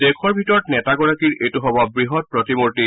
দেশৰ ভিতৰত নেতাগৰাকীৰ এইটো হ'ব বৃহৎ প্ৰতিমূৰ্তি